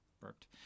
burped